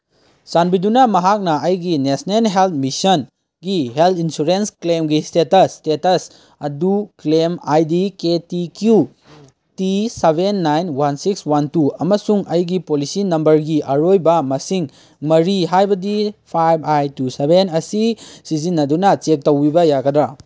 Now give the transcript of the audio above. ꯆꯥꯟꯕꯤꯗꯨꯅ ꯃꯍꯥꯛꯅ ꯑꯩꯒꯤ ꯅꯦꯁꯅꯦꯜ ꯍꯦꯜꯠ ꯃꯤꯁꯟꯒꯤ ꯍꯦꯜꯠ ꯏꯟꯁꯨꯔꯦꯟꯁ ꯀ꯭ꯂꯦꯝꯒꯤ ꯏꯁꯇꯦꯇꯁ ꯏꯁꯇꯦꯇꯁ ꯑꯗꯨ claim I D K T Q T seven nine one six one two ꯑꯃꯁꯨꯡ ꯑꯩꯒꯤ ꯄꯣꯂꯤꯁꯤ ꯅꯝꯕꯔꯒꯤ ꯑꯔꯣꯏꯕ ꯃꯁꯤꯡ ꯃꯔꯤ ꯍꯥꯏꯕꯗꯤ ꯐꯥꯏꯚ ꯑꯥꯏꯠ ꯇꯨ ꯁꯚꯦꯟ ꯑꯁꯤ ꯁꯤꯖꯤꯟꯅꯗꯨꯅ ꯆꯦꯛ ꯇꯧꯕꯤꯕ ꯌꯥꯒꯗ꯭ꯔꯥ